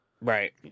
Right